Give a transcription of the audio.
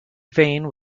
vane